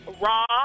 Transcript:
Raw